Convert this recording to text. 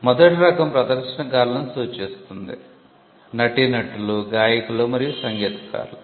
మొదటి రకం ప్రదర్శనకారులను సూచిస్తుంది నటీనటులు గాయకులు మరియు సంగీతకారులు